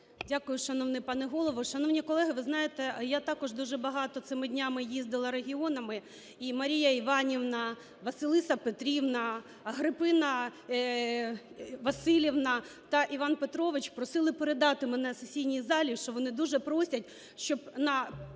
Дякую, шановний пане Голово. Шановні колеги, ви знаєте, я також дуже багато цими днями їздила регіонами. І Марія Іванівна, Василиса Петрівна, Агрипина Василівна та Іван Петрович просили передати мене сесійній залі, що вони дуже просять, щоб на